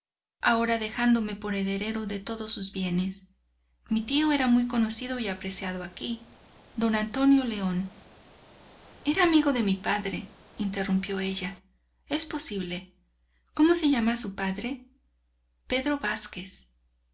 ahora dejándome por heredero de todos sus bienes mi tío era muy conocido y apreciado aquí d antonio león era amigo de mi padre interrumpió ella es posible cómo se llama su señor padre pedro vázquez